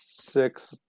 six